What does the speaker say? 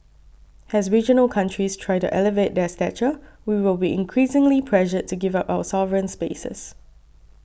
as regional countries try to elevate their stature we will be increasingly pressured to give up our sovereign spaces